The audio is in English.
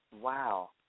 Wow